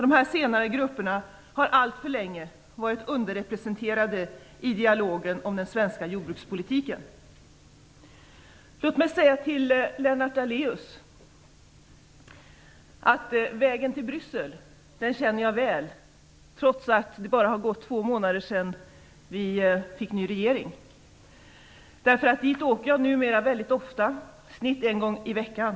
De senare grupperna har alltför länge varit underrepresenterade i dialogen om den svenska jordbrukspolitiken. Låt mig säga till Lennart Daléus att jag känner vägen till Bryssel väl, trots att det bara har gått två månader sedan vi fick ny regering. Dit åker jag numera väldigt ofta - i snitt en gång i veckan.